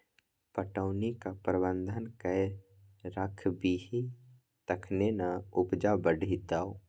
पटौनीक प्रबंधन कए राखबिही तखने ना उपजा बढ़ितौ